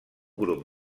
grup